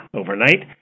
overnight